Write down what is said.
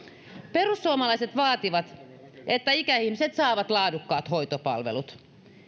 perussuomalaiset vaativat että ikäihmiset saavat laadukkaat hoitopalvelut